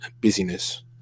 busyness